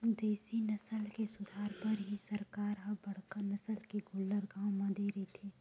देसी नसल के सुधार बर ही सरकार ह बड़का नसल के गोल्लर गाँव म दे रहिथे